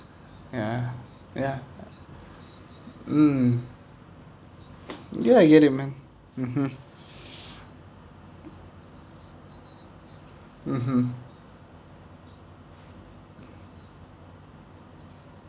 ya ya mm ya get it man mmhmm mmhmm